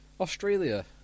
Australia